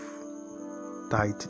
tight